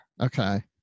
Okay